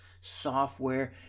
software